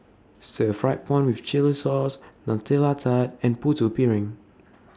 Stir Fried Prawn with Chili Sauce Nutella Tart and Putu Piring